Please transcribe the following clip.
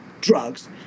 drugs